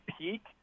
peak